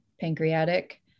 pancreatic